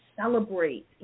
celebrate